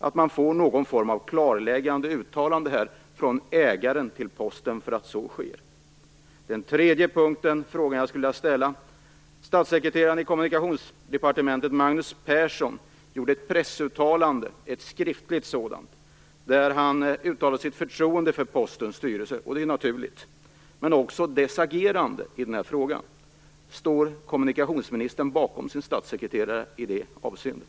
Det krävs någon form av klarläggande uttalande från Postens ägare om att så sker. Och så den tredje frågan jag skulle vilja ställa: Magnus Persson gjorde ett pressuttalande, ett skriftligt sådant, där han uttalade sitt förtroende för Postens styrelse - och det är ju naturligt - men också för dess agerande i den här frågan. Står kommunikationsministern bakom sin statssekreterare i det avseendet?